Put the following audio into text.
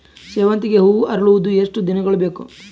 ಸೇವಂತಿಗೆ ಹೂವು ಅರಳುವುದು ಎಷ್ಟು ದಿನಗಳು ಬೇಕು?